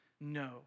No